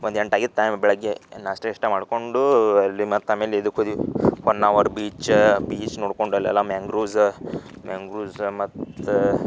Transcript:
ಒಂದು ಎಂಟು ಆಗಿತ್ತು ಟೈಮ್ ಬೆಳಗ್ಗೆ ನಾಷ್ಟ ಗೀಷ್ಟ ಮಾಡ್ಕೊಂಡೂ ಅಲ್ಲಿ ಮತ್ತೆ ಆಮೇಲೆ ಇದಕ್ಕೆ ಹೋದಿವಿ ಹೊನ್ನಾವರ ಬೀಚ ಬೀಚ್ ನೋಡ್ಕೊಂಡು ಅಲ್ಲೆಲ್ಲ ಮ್ಯಾಂಗ್ರೂಸ್ ಮ್ಯಾಂಗ್ರೂಸ್ ಮತ್ತು